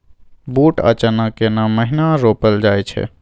बूट आ चना केना महिना रोपल जाय छै?